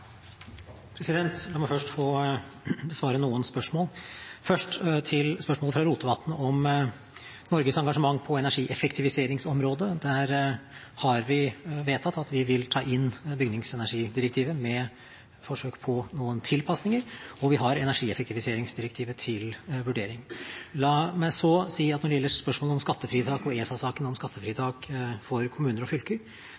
La meg først få svare på noen spørsmål. Først til spørsmålet fra Rotevatn om Norges engasjement på energieffektiviseringsområdet: Der har vi vedtatt at vi vil ta inn bygningsenergidirektivet – med forsøk på noen tilpasninger – og vi har energieffektiviseringsdirektivet til vurdering. La meg så si at når det gjelder spørsmålet om skattefritak og ESA-saken om skattefritak for kommuner og fylker,